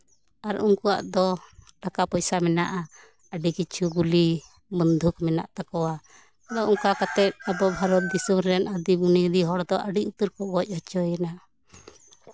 ᱟᱨ ᱩᱱᱠᱩᱣᱟᱜ ᱫᱚ ᱴᱟᱠᱟ ᱯᱚᱭᱥᱟ ᱢᱮᱱᱟᱜᱼᱟ ᱟᱹᱰᱤ ᱠᱤᱪᱷᱩ ᱜᱩᱞᱤ ᱵᱚᱱᱫᱷᱩᱠ ᱢᱮᱱᱟᱜ ᱛᱟᱠᱚᱣᱟ ᱟᱫᱚ ᱚᱱᱠᱟ ᱠᱟᱛᱮᱜ ᱟᱵᱚ ᱵᱷᱟᱨᱚᱛ ᱫᱤᱥᱚᱢ ᱨᱮᱱ ᱟᱹᱫᱤ ᱵᱩᱱᱤᱭᱟᱫᱤ ᱦᱚᱲ ᱫᱚ ᱟᱹᱰᱤ ᱩᱛᱟᱹᱨ ᱠᱚ ᱜᱚᱡ ᱦᱚᱪᱚᱭᱮᱱᱟ